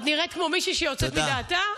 אני נראית כמו מישהי שיוצאת מדעתה?